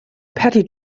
pattie